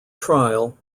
trial